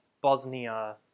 Bosnia